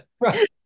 Right